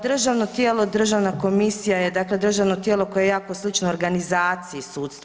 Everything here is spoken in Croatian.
Državno tijelo, državna komisija je dakle državno tijelo koje je jako slično organizaciji sudstva.